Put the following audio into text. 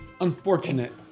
unfortunate